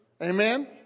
Amen